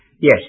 Yes